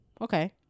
Okay